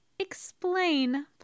Explain